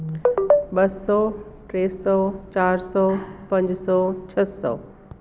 ॿ सौ टे सौ चारि सौ पंज सौ छह सौ